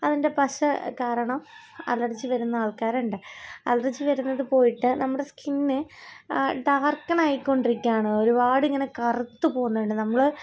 അതിൻ്റെ പശ കാരണം അലെർജി വരുന്ന ആൾക്കാരുണ്ട് അലർജി വരുന്നതുപോയിട്ട് നമ്മുടെ സ്കിന്ന് ഡാർകെനായിക്കൊണ്ടിരിക്കുകയാണ് ഒരുപാടിങ്ങനെ കറുത്ത് പോകുന്നുണ്ട് നമ്മള്